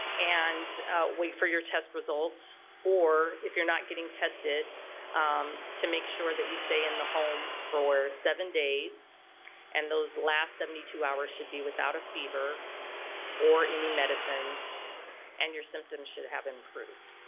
and wait for your test results or if you're not getting tested to make sure that you stay in the home for seven days and those last seventy two hours should be without a fever or any medicines and your symptoms should have improved.